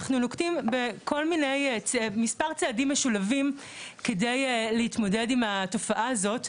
אנחנו נוקטים בכל מיני צעדים משולבים כדי להתמודד עם התופעה הזאת.